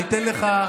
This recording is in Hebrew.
אני אתן לך,